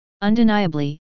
Undeniably